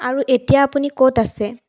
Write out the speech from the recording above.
আৰু এতিয়া আপুনি ক'ত আছে